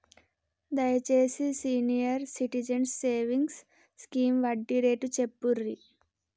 దయచేసి senior citizens savings scheme వడ్డీ rate చెప్పుర్రి